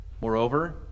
Moreover